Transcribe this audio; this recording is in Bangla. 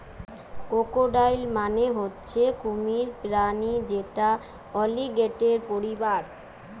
ক্রোকোডাইল মানে হচ্ছে কুমির প্রাণী যেটা অলিগেটের পরিবারের